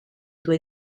due